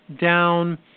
down